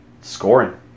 scoring